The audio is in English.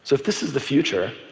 if this is the future,